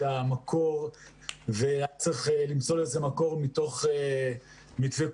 המקור והיה צריך למצוא לזה מקור מתוך מתווה קורונה.